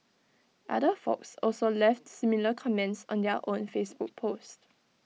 other folks also left similar comments on their own Facebook post